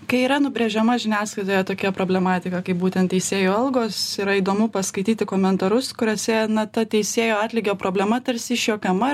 kai yra nubrėžiama žiniasklaidoje tokia problematika kaip būtent teisėjų algos yra įdomu paskaityti komentarus kuriuose na ta teisėjo atlygio problema tarsi išjuokiama